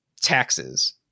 Taxes